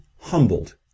humbled